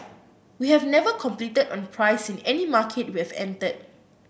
we have never competed on price in any market we have entered